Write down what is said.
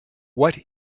what